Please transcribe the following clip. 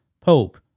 Pope